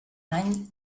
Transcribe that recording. any